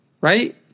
right